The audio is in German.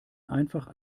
einfach